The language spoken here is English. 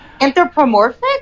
Anthropomorphic